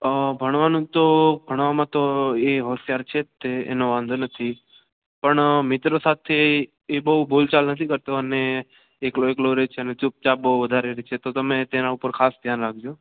ભણવાનું તો ભણવામાં તો એ હોશિયાર છે તે એનો વાંધો નથી પણ મિત્ર સાથે એ બોવ બોલચાલ નથી કરતો અને એકલો એકલો રહે છે અને ચૂપચાપ બોવ વધારે રે છે તો તમે તેના ઉપર ખાસ ધ્યાન રાખજો